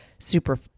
Super